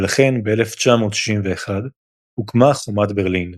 ולכן ב-1961 הוקמה חומת ברלין.